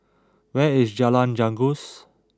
where is Jalan Janggus